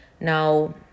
Now